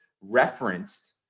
referenced